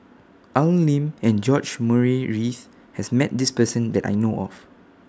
Al Lim and George Murray Reith has Met This Person that I know off